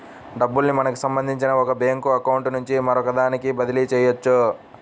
డబ్బుల్ని మనకి సంబంధించిన ఒక బ్యేంకు అకౌంట్ నుంచి మరొకదానికి బదిలీ చెయ్యొచ్చు